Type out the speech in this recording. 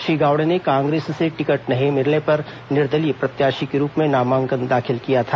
श्री गावड़े ने कांग्रेस से टिकट नहीं मिलने पर निर्दलीय प्रत्याशी के रूप में नामांकन दाखिल किया था